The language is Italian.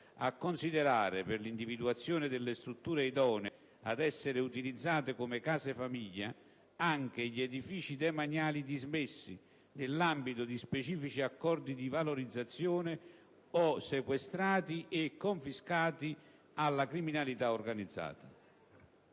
a considerare per l'individuazione delle strutture idonee ad essere utilizzate come case famiglia anche gli edifici demaniali dismessi nell'ambito di specifici accordi di valorizzazione o sequestrati e confiscati alla criminalità organizzata».